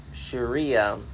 Sharia